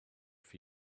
for